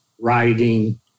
writing